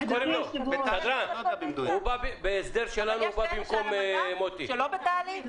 יש כאלה שהן על המדף ושלא בתהליך ---?